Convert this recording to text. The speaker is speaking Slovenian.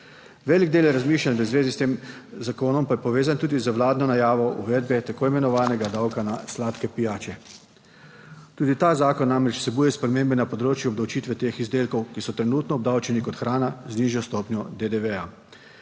Velik del razmišljanja v zvezi s tem zakonom pa je povezan tudi z vladno najavo uvedbe tako imenovanega davka na sladke pijače. Tudi ta zakon namreč vsebuje spremembe na področju obdavčitve teh izdelkov, ki so trenutno obdavčeni kot hrana z nižjo stopnjo DDV.